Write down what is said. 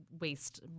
waste